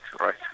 right